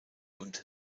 und